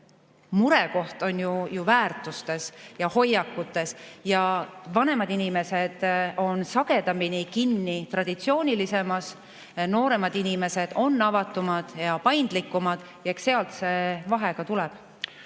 murekoht on ju väärtustes ja hoiakutes. Vanemad inimesed on sagedamini kinni traditsioonilisemas. Nooremad inimesed on avatumad ja paindlikumad ja eks sealt see vahe tuleb.